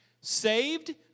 Saved